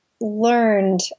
learned